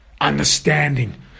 understanding